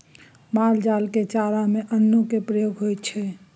माल जाल के चारा में अन्नो के प्रयोग होइ छइ